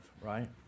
right